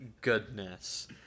goodness